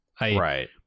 right